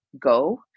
go